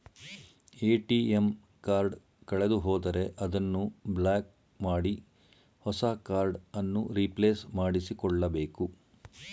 ATM card ಕಳೆದುಹೋದರೆ ಅದನ್ನು block ಮಾಡಿ ಹೊಸ ಕಾರ್ಡ್ ಅನ್ನು ರಿಪ್ಲೇಸ್ ಮಾಡಿಸಿಕೊಳ್ಳಬೇಕು